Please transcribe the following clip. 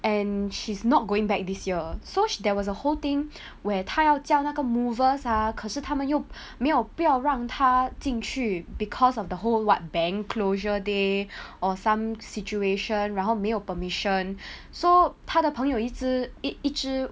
and she's not going back this year so sh~ there was a whole thing where 她要那个 movers ah 可是他们又没有不要让她进去 because of the whole what bank closure day or some situation 然后没有 permission so 他的朋友一直一一直